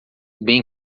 bem